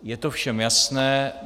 Je to všem jasné.